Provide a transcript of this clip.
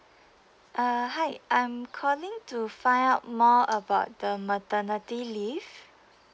uh hi I'm calling to find out more about the maternity leave